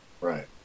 Right